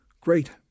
Great